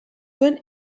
duen